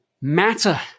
matter-